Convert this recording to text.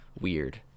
weird